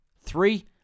Three